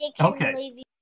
Okay